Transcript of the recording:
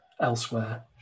elsewhere